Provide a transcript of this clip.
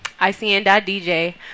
ICN.DJ